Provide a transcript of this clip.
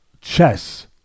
chess